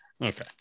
Okay